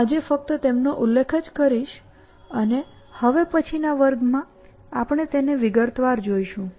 હું આજે ફક્ત તેમનો ઉલ્લેખ જ કરીશ અને હવે પછીના વર્ગમાં આપણે તેને વિગતવાર જોઈશું